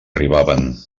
arribaven